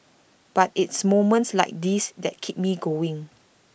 but it's moments like this that keep me going